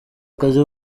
akazi